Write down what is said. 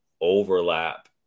overlap